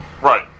Right